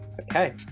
Okay